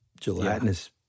gelatinous